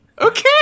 Okay